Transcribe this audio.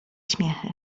śmiechy